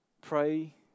pray